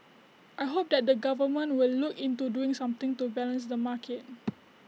I hope that the government will look into doing something to balance the market